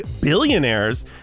billionaires